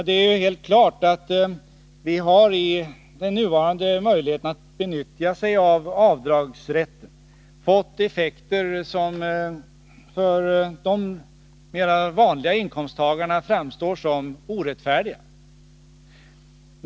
Det är helt klart att vi med den nuvarande möjligheten att utnyttja avdragsrätten fått effekter som för de vanliga inkomsttagarna framstår som orättfärdiga.